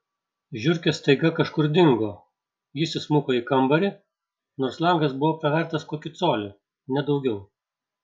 žiurkės staiga kažkur dingo jis įsmuko į kambarį nors langas buvo pravertas kokį colį ne daugiau